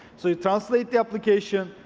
so you translate the application,